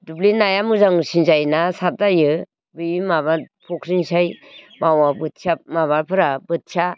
दुब्लिनि नाया मोजांसिन जायोना साद जायो बे माबा फख्रिनिस्राय मावा बोथिया माबाफ्रा बोथिया